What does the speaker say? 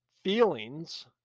feelings